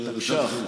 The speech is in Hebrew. תקנות לשעת חירום?